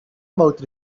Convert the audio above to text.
about